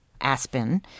Aspen